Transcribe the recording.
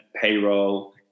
payroll